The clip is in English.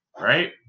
right